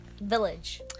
village